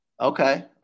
Okay